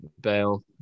Bale